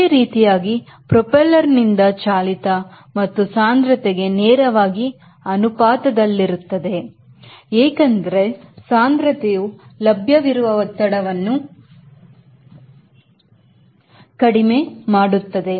ಇದೇ ರೀತಿಯಾಗಿ ಪ್ರಫೈಲರ್ ನಿಂದ ಚಾಲಿತ ಮತ್ತು ಸಾಂದ್ರತೆಗೆ ನೇರವಾಗಿ ಅನುಪಾತದಲ್ಲಿರುತ್ತದೆ ಏಕೆಂದರೆ ಸಾಂದ್ರತೆಯು ಲಭ್ಯವಿರುವ ಒತ್ತಡವನ್ನು ಕಡಿಮೆ ಮಾಡುತ್ತದೆ